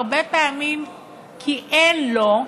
הרבה פעמים כי אין לו,